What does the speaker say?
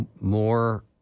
more